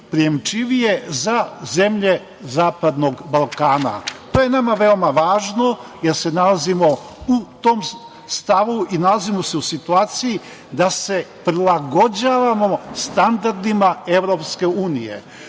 prijemčivije za zemlje Zapadnog Balkana. To je nama veoma važno jer se nalazimo u tom stavu i nalazimo se u situaciji da se prilagođavamo standardima EU.Nama Srbiji,